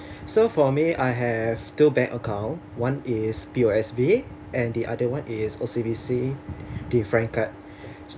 so for me I have two bank account one is P_O_S_B and the other one is O_C_B_C the frank card